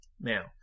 now